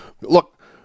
Look